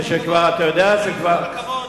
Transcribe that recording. רכבות,